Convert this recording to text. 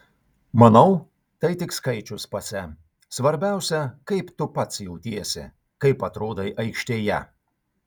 manau tai tik skaičius pase svarbiausia kaip tu pats jautiesi kaip atrodai aikštėje